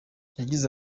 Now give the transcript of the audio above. yagize